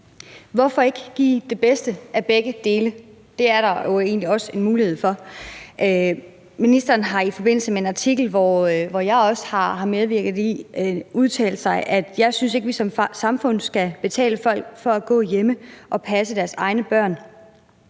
Hvorfor ikke give det bedste af begge dele? Det er der jo egentlig også en mulighed for. Ministeren har i forbindelse med en artikel, som jeg også medvirkede i, udtalt, at hun ikke synes, at vi som samfund skal betale folk for at gå hjemme og passe deres egne børn.